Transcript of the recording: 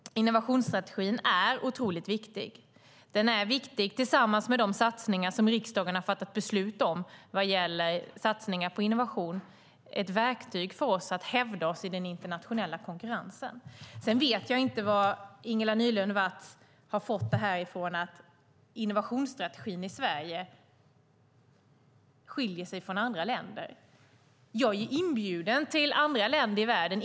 Innovationsstrategin är otroligt viktig. Den är viktig tillsammans med de satsningar som riksdagen har fattat beslut om vad gäller satsningar på innovation. Den är ett verktyg för oss att hävda oss i den internationella konkurrensen. Sedan vet jag inte varifrån Ingela Nylund Watz har fått att innovationsstrategin i Sverige skiljer sig från andra länders. Jag blir inbjuden till andra länder i världen.